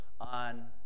on